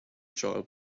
child